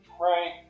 Right